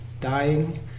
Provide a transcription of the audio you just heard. dying